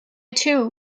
too